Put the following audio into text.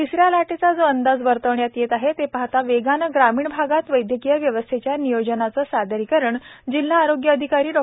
तिसऱ्या लाटेचा जो अंदाज वर्तविण्यात येत आहे ते पाहता वेगाने ग्रामीण भागात वैद्यकीय व्यवस्थेच्या नियोजनाचे सादरीकरण जिल्हा आरोग्य अधिकारी डॉ